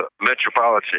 metropolitan